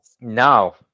No